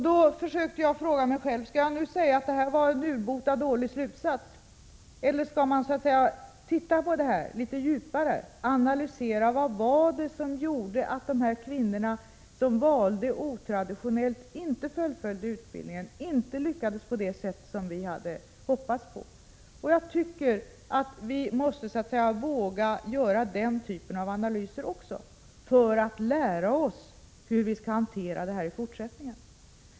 Då frågade jag mig själv: Skall jag nu säga att detta var en urbota dålig slutsats, eller skall vi se litet djupare och analysera vad det var som gjorde att de här kvinnorna som valde otraditionellt inte fullföljde utbildningen, inte lyckades på det sätt som vi hade hoppats på? Jag tror att vi också måste våga göra den typen av analyser för att lära oss hur vi skall hantera denna fråga i fortsättningen.